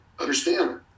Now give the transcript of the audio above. Understand